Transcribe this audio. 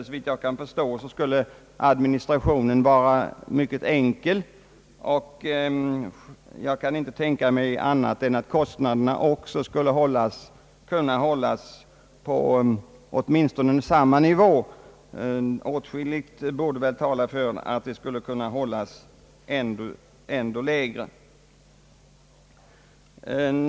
Såvitt jag kan förstå skulle det ur administrativ synpunkt vara mycket enkelt, och jag kan inte tänka mig annat än att kostnaderna också skulle kunna hållas på samma nivå som för närvarande; åtskilligt talar för att de borde kunna bli lägre.